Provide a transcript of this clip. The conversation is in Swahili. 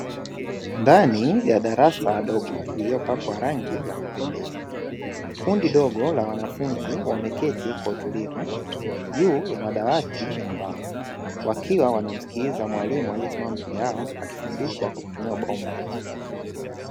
Ndani ya darasa dogo lililopakwa rangi ya kupendeza, kundi dogo la wanafunzi wameketi kwa utulivu juu ya madawati ya mbao wakiwa wanamsikiliza mwalimu aliesimama mbele yao, akifundisha kwa kutumia ubao mweupe.